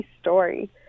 story